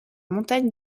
montagne